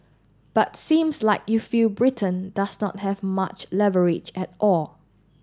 but seems like you feel Britain does not have much leverage at all